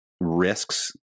risks